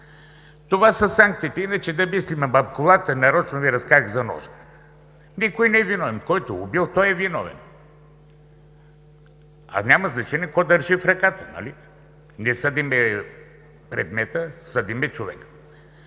Това са санкциите. Иначе да мислим, ама колата, нарочно Ви разказах за ножа. Никой не е виновен, който е убил той е виновен, а няма значение какво държи в ръката, нали. Не съдим предмета, а съдим човека.